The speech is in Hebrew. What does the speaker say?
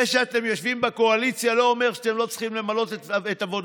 זה שאתם יושבים בקואליציה לא אומר שאתם לא צריכים למלא את תפקידכם.